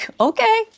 okay